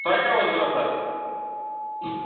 تۄہہِ کیٛاہ اوس ضروٗرت حظ